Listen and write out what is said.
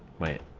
write